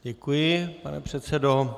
Děkuji, pane předsedo.